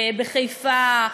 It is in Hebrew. בחיפה,